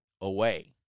away